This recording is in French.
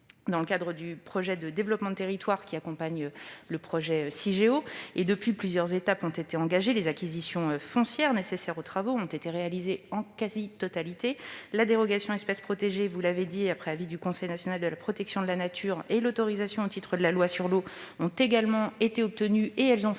dans le cadre du projet de développement de territoire qui accompagne le projet Cigéo. Depuis, plusieurs étapes ont été engagées. Les acquisitions foncières nécessaires aux travaux ont été réalisées en quasi-totalité. La dérogation espèces protégées, après avis du Conseil national de la protection de la nature, et l'autorisation au titre de la loi sur l'eau ont été obtenues ; elles ont fait